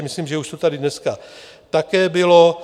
Myslím, že už to tady dneska také bylo.